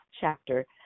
chapter